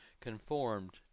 conformed